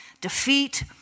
defeat